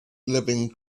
living